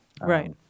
Right